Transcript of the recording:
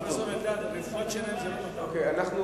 פרופסור אלדד, רפואת שיניים זה לא, ההצעה